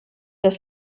dass